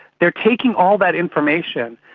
they're taking all that information,